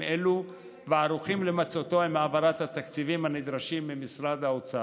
אלו וערוכים למצותו עם העברת התקציבים הנדרשים ממשרד האוצר,